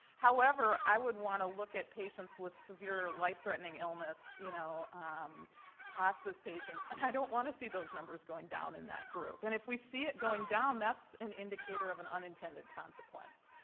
however, i would wanna look at patients with severe, life-threatening illness. you know um ah hospice patients, and i don't wanna see those numbers going down in that group. and if we see it going down, that's an indicator of an unintended consequence.